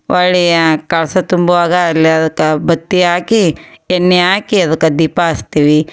ಹೊಳ್ಳಿ ಯಾ ಕಳಶ ತುಂಬುವಾಗ ಅಲ್ಲಿ ಅದಕ್ಕೆ ಬತ್ತಿ ಹಾಕೀ ಎಣ್ಣೆ ಹಾಕಿ ಅದಕ್ಕೆ ದೀಪ ಹಚ್ತಿವಿ